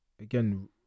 again